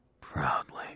Proudly